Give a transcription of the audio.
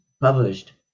published